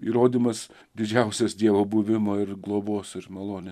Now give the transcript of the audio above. įrodymas didžiausias dievo buvimo ir globos malonės